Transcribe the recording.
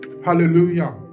Hallelujah